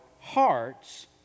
hearts